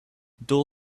dull